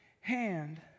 hand